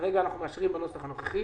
שכרגע אנחנו מאשרים את הנוסח הנוכחי.